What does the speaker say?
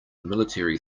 military